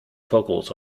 vocals